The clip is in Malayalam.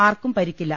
ആർക്കും പരിക്കില്ല